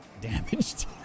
damaged